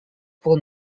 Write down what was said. pour